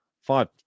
Five